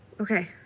Okay